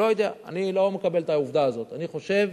לא יודע, אני לא מקבל את העובדה הזאת, אני חושב